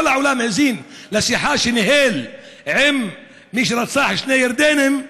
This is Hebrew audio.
כל העולם האזין לשיחה שניהל עם מי שרצח שני ירדנים,